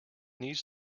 needs